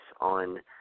on